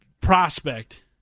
prospect